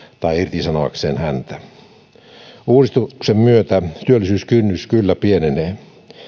tai irtisanoakseen heitä uudistuksen myötä työllisyyskynnys kyllä pienenee